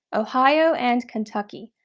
ohio and kentucky.